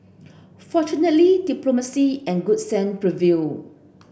fortunately diplomacy and good sense prevailed